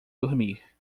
dormir